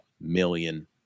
million